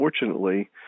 unfortunately